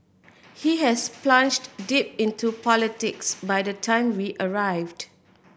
he has plunged deep into politics by the time we arrived